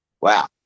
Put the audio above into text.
wow